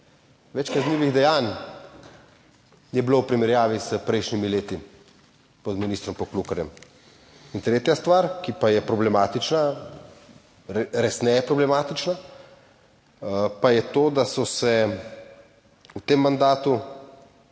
več kaznivih dejanj je bilo v primerjavi s prejšnjimi leti pod ministrom Poklukarjem. In tretja stvar, ki pa je problematična, resneje problematična pa je to, da so se v tem mandatu